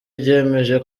byemeje